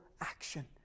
action